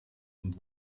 und